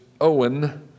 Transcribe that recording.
Owen